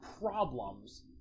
problems